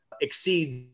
exceeds